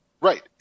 Right